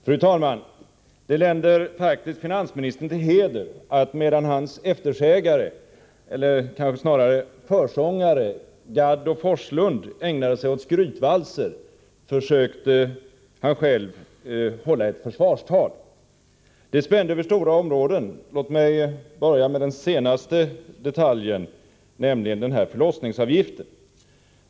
Fru talman! Det länder faktiskt finansministern till heder att han försökte hålla ett försvarstal, medan hans eftersägare eller snarare försångare Gadd och Forslund ägnade sig åt skrytvalser. Det här omspänner stora områden. Låt mig börja med den senaste detaljen, nämligen förlossningsavgiften.